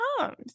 comes